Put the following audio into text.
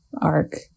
arc